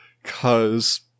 Cause